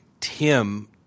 Tim